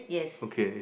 yes